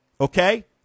Okay